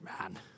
man